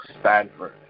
Stanford